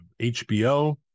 HBO